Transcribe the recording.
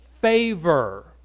favor